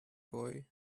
boy